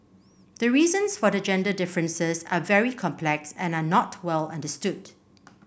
the reasons for the gender differences are very complex and are not well understood